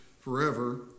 forever